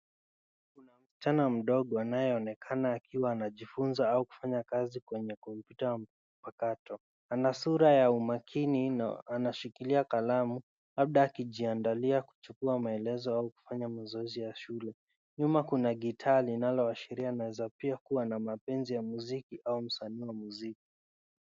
Msichana mdogo akiwa anaoneka akiwa anajifunza au anafanya kazi kwenye kompyuta mpakato. Ana sura ya umakini na anashikilia kalamu labda akijiandalia kuchukua maelezo au kufanya mazoezi ya shule. Nyuma kuna gitaa linaloashiria aneza kuwa pia na mapenzi ya muziki au msanii wa muziki.